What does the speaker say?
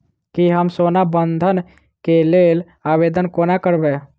की हम सोना बंधन कऽ लेल आवेदन कोना करबै?